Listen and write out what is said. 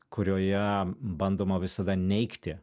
kurioje bandoma visada neigti